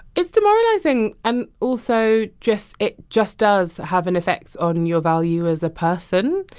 it's demoralizing and also just it just does have an effect on your value as a person.